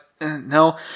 no